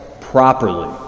properly